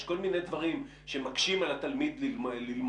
יש כל מיני דברים שמקשים על התלמיד ללמוד,